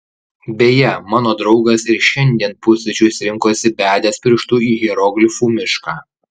beje mano draugas ir šiandien pusryčius rinkosi bedęs pirštu į hieroglifų mišką